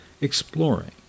exploring